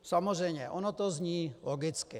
Samozřejmě, ono to zní logicky.